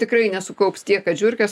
tikrai nesukaups tiek kad žiurkės